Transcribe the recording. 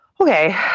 okay